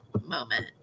moment